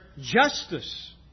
justice